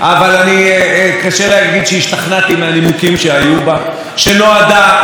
שנועדה להעביר כסף לאדם שתרם כסף לשרה רגב,